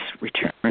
return